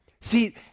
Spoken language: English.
See